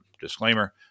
disclaimer